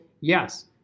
Yes